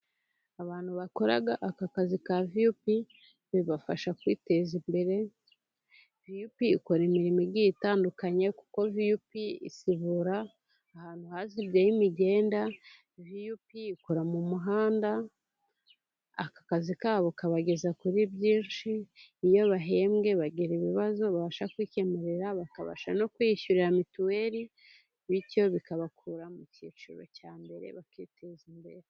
Abantu bakora aka kazi ka viyupi bibafasha kwiteza imbere, viyupi ikora imirimo igiye itandukanye kuko viyupi isibura ahantu hazibye h'imigenda, viyupi ikora mu muhanda aka kazi kabo kabageza kuri byinshi, iyo bahembwe bagira ibibazo babasha kwikemura bakabasha no kwiyishyura mituweli, bityo bikabakura mu cyiciro cya mbere bakiteza imbere.